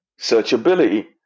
Searchability